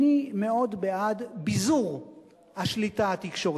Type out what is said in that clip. אני מאוד בעד ביזור השליטה התקשורתית: